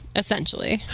essentially